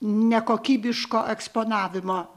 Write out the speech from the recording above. nekokybiško eksponavimo